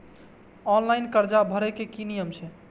Online कर्जा भरे के नियम की छे?